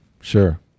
Sure